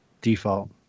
Default